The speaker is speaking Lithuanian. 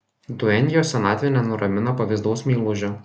duenjos senatvė nenuramina pavydaus meilužio